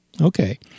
okay